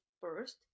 first